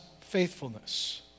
faithfulness